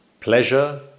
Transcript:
pleasure